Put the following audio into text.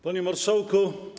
Panie Marszałku!